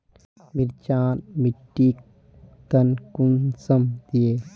मिर्चान मिट्टीक टन कुंसम दिए?